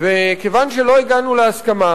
וכיוון שלא הגענו להסכמה